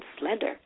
slender